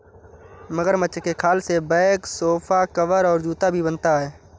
मगरमच्छ के खाल से बैग सोफा कवर और जूता भी बनता है